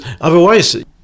otherwise